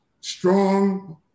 strong